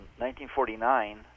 1949